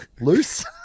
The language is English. Loose